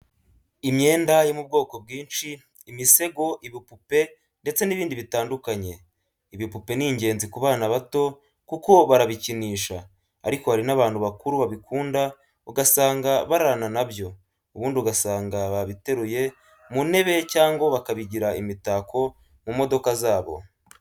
Imyenda yo mu bwoko bwinshi, imisego, ibipupe ndetse n'ibindi bitandukanye. Ibipupe ni ingenzi ku bana bato kuko barabikinisha, ariko hari n'abantu bakuru babikunda ugasanga bararana na byo, ubundi ugasanga babiteruye mu ntebe cyangwa bakabigira imitako mu modoka zabo.